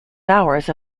hours